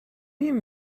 you